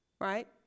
right